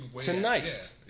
Tonight